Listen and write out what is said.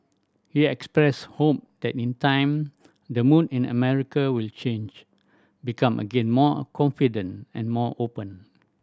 he expressed hope that in time the mood in America will change become again more confident and more open